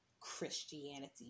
Christianity